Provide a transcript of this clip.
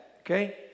Okay